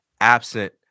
absent